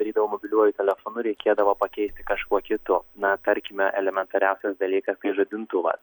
darydavau mobiliuoju telefonu reikėdavo pakeisti kažkuo kitu na tarkime elementariausias dalykas kai žadintuvas